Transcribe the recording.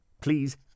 please